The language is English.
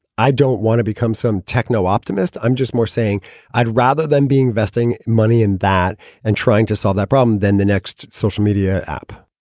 i don't want to become some techno optimist. i'm just more saying i'd rather than being vesting money in that and trying to solve that problem then the next social media app